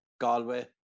Galway